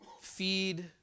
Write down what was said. feed